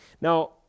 Now